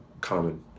common